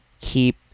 keep